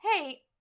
hey